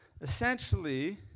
essentially